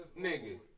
nigga